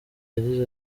yagize